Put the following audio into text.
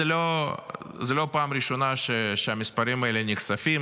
זאת לא פעם ראשונה שהמספרים האלה נחשפים,